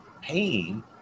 pain